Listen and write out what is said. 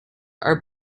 are